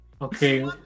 Okay